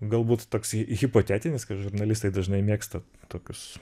galbūt toks hi hipotetinis kad žurnalistai dažnai mėgsta tokius